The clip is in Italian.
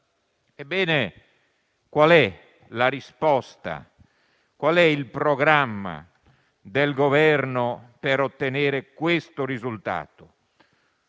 Ebbene, qual è la risposta, qual è il programma del Governo per ottenere questo risultato?